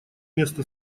места